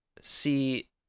see